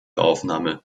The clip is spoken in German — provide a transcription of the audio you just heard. aufnahme